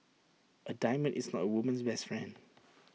A diamond is not A woman's best friend